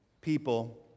people